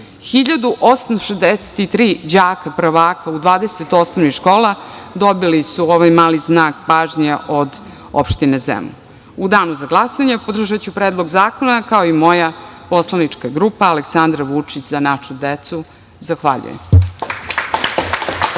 1863 đaka prva u 20 osnovnih škola dobilo ovaj mali znak pažnje od opštine Zemun.U danu za glasanje podržaću predlog zakona, kao i moja poslanička grupa Aleksandar Vučić – Za našu decu. Hvala.